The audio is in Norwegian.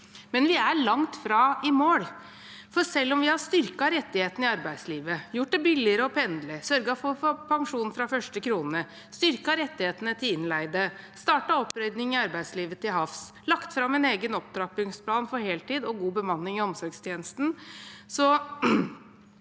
Men vi er langt fra i mål. For selv om vi har styrket rettighetene i arbeidslivet, gjort det billigere å pendle, sørget for pensjon fra første krone, styrket rettighetene til innleide, startet opprydding i arbeidslivet til havs, lagt fram en egen opptrappingsplan for heltid og god bemanning i omsorgstjenesten,